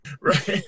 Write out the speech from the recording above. Right